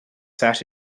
sat